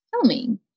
filming